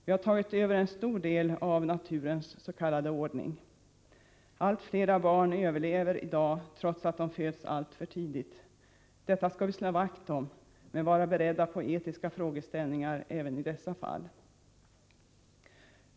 Vi har tagit över en stor del av naturens s.k. ordning. Allt fler barn överlever i dag, trots att de föds alltför tidigt. Detta skall vi slå vakt om men vara beredda på etiska frågeställningar även i dessa fall.